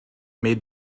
made